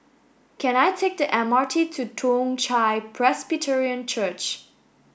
can I take the M R T to Toong Chai Presbyterian Church